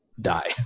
die